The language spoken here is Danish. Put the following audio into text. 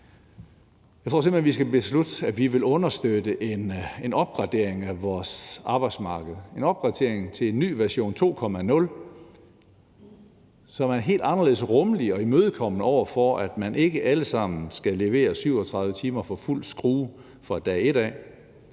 Jeg tror simpelt hen, at vi skal beslutte, at vi vil understøtte en opgradering af vores arbejdsmarked til en ny version, version 2.0, som er helt anderledes rummelig og imødekommende over for, at man ikke allesammen skal levere 37 timer for fuld skrue fra dag et.